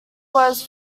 was